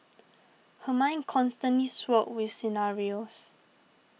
her mind constantly swirled with scenarios